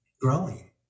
growing